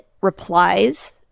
replies